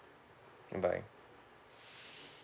bye